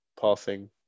passing